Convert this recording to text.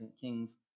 Kings